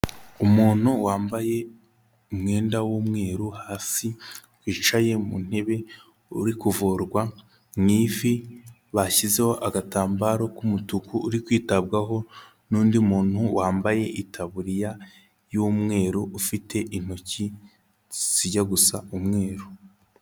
Umuntu wambaye umwenda w'umweru hasi, wicaye mu ntebe uri kuvurwa mu ivi, bashyizeho agatambaro k'umutuku uri kwitabwaho n'undi muntu wambaye itaburiya y'umweru ufite intoki zijya gusa umweru.